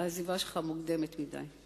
העזיבה שלך מוקדמת מדי.